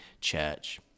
church